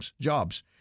Jobs